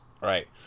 Right